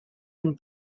been